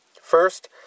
First